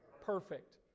Perfect